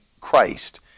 Christ